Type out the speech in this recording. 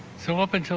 so up until